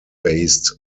based